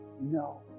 no